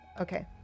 Okay